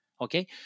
Okay